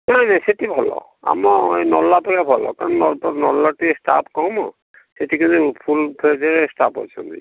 ନାହିଁ ନାହିଁ ସେଠି ଭଲ ଆମ ଏଇ ନଲା ଅପେକ୍ଷା ଭଲ କାରଣ ଟିକେ ଷ୍ଟାଫ୍ କମ ଏଠି ଖାଲି ଫୁଲ୍ ଫେଜ୍ ଷ୍ଟାଫ୍ ଅଛନ୍ତି